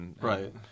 right